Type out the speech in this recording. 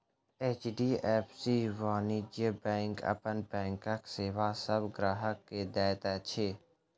HDFC वाणिज्य bank अपन बैंकक सेवा सभ ग्राहक के दैत अछि